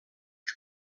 que